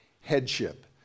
headship